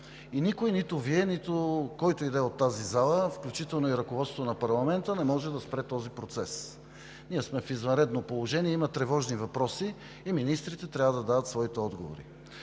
И никой – нито Вие, нито който и да е от тази зала, включително и ръководството на парламента – не може да спре този процес. Ние сме в извънредно положение, има тревожни въпроси и министрите трябва да дават своите отговори.